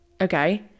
okay